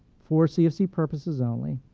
for cfc purposes only.